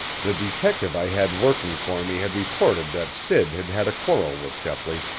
the detective i had working for me had reported that sid had had a quarrel with shepley,